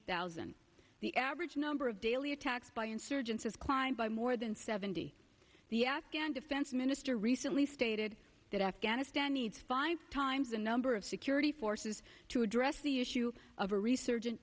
thousand the average number of daily attacks by insurgents has climbed by more than seventy the afghan defense minister recently stated that afghanistan needs five times the number of security forces to address the issue of a resurgen